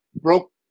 broke